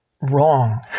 wrong